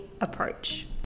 approach